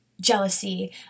jealousy